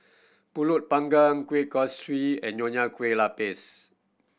Pulut Panggang Kueh Kaswi and Nonya Kueh Lapis